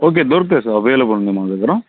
okay దొరుకుతాయి sir available ఉంది మన దగ్గర